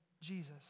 Jesus